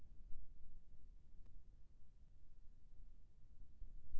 बजार मा अपन फसल ले बेचे बार कोन कौन सा नेम माने हवे?